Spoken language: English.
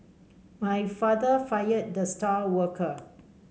my father fired the star worker